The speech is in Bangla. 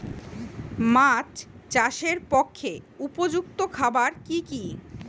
মাছ চাষের পক্ষে উপযুক্ত খাবার কি কি?